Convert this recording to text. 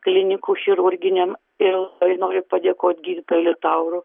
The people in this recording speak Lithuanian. klinikų chirurginiam ir noriu padėkot gydytojui liutauru